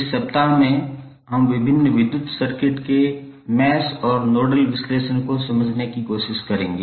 इस सप्ताह में हम विभिन्न विद्युत सर्किट के मैश और नोडल विश्लेषण को समझने की कोशिश करेंगे